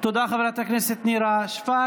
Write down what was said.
תודה לחברת הכנסת נירה שפק.